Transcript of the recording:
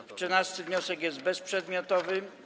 13. wniosek jest bezprzedmiotowy.